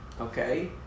Okay